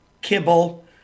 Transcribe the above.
kibble